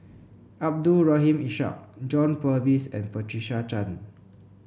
Abdul Rahim Ishak John Purvis and Patricia Chan